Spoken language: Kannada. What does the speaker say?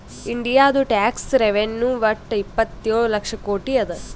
ಇಂಡಿಯಾದು ಟ್ಯಾಕ್ಸ್ ರೆವೆನ್ಯೂ ವಟ್ಟ ಇಪ್ಪತ್ತೇಳು ಲಕ್ಷ ಕೋಟಿ ಅದಾ